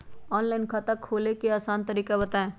Online खाता खोले के आसान तरीका बताए?